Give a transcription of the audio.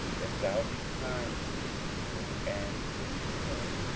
if thou be kind to this people, and please them,